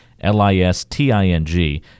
L-I-S-T-I-N-G